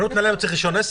חנות נעליים צריכה רישיון?